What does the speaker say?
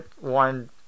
one